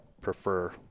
prefer